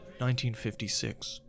1956